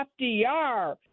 FDR